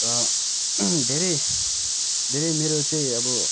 अन्त धेरै धेरै मेरो चाहिँ अब